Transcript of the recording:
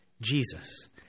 Jesus